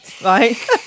Right